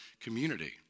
community